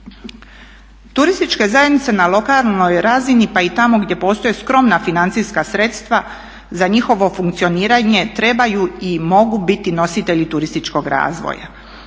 Turističke zajednice na lokalnoj razini pa i tamo gdje postoje skromna financijska sredstva za njihovo funkcioniranje trebaju i mogu biti nositelji turističkog razvoja, ali